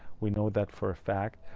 we know that for a fact.